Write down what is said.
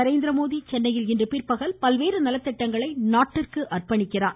நரேந்திரமோடி சென்னையில் இன்று பிற்பகல் பல்வேறு நலத்திட்டங்களை நாட்டிற்கு அர்ப்பணிக்கிறார்